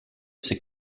ces